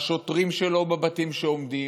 לשוטרים שלו בבתים שעומדים,